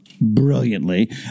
brilliantly